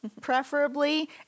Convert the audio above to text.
preferably